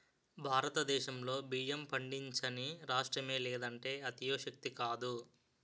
భారతదేశంలో బియ్యం పండించని రాష్ట్రమే లేదంటే అతిశయోక్తి కాదు